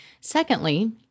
Secondly